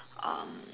um